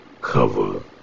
cover